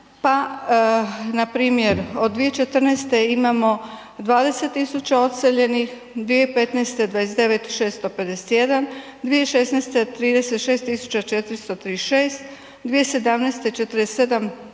pa npr. od 2014. imamo 20.000 odseljenih, 2015. 29.651, 2016. 36.436, 2017.